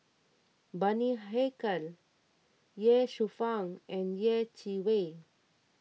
Bani Haykal Ye Shufang and Yeh Chi Wei